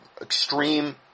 extreme